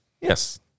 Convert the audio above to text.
yes